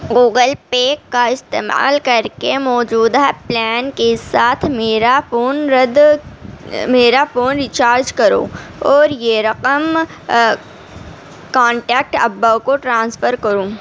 Google Pay کا استعمال کر کے موجودہ پلین کے ساتھ میرا فون رد میرا فون ریچارج کرو اور یہ رقم کانٹیکٹ ابا کو ٹرانسفر کرو